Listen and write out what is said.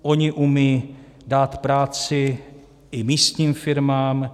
Ony umějí dát práci i místním firmám.